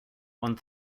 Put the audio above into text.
one